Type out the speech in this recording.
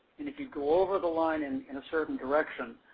if you go over the line and in a certain direction,